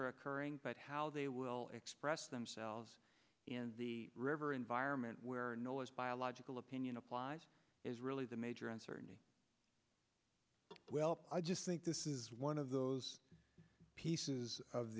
are occurring but how they will express themselves in the river environment where noise biological opinion applies is really the major uncertainty well i just think this is one of those pieces of